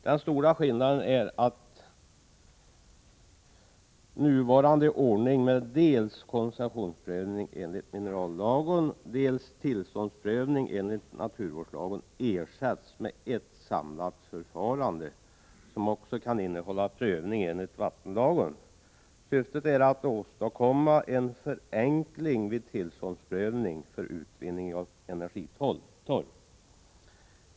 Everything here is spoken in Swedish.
Den stora skillnaden är att nuvarande ordning med dels koncessionsprövning enligt minerallagen, dels tillståndsprövning enligt naturvårdslagen ersätts med ett samlat förfarande, som också kan innehålla prövning enligt vattenlagen. Syftet är att åstadkomma en förenkling vid tillståndsprövning för utvinnande av energitorv.